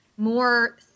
more